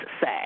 say